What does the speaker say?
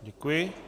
Děkuji.